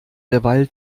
derweil